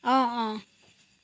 অঁ অঁ